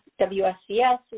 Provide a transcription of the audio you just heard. WSCS